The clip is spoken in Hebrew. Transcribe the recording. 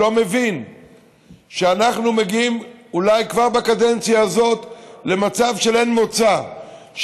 לא מבין שאנחנו מגיעים אולי כבר בקדנציה הזאת למצב של אין מוצא,